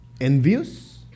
envious